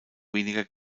weniger